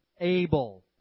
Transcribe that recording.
able